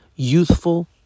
youthful